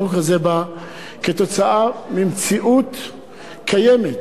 החוק הזה בא כתוצאה ממציאות קיימת,